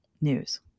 news